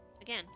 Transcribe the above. again